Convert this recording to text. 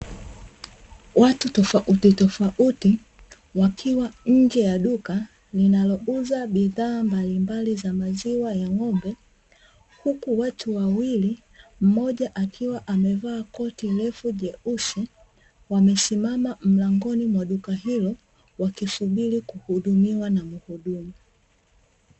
Watu tofautitofauti wakiwa nje ya duka linalo uza bidhaa mbalimbali za maziwa ya ng'ombe, huku watu wawili mmoja akiwa amevaa koti refu jeusi wamesimama mlangoni mwa duka hilo wakisubili kuhudumiwa na muhudumu.